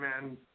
man